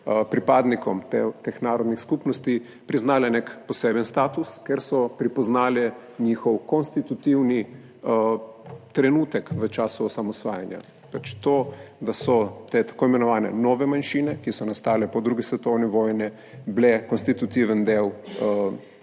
pripadnikom teh narodnih skupnosti priznale nek poseben status, ker so prepoznale njihov konstitutivni trenutek v času osamosvajanja. To, da so bile te tako imenovane nove manjšine, ki so nastale po drugi svetovni vojni, konstitutiven del slovenske